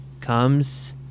comes